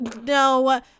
no